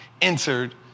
entered